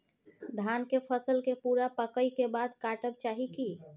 धान के फसल के पूरा पकै के बाद काटब चाही की?